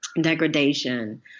degradation